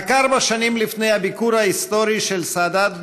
רק ארבע שנים לפני הביקור ההיסטורי של סאדאת בישראל,